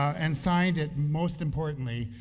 and signed it, most importantly,